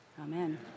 Amen